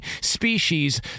species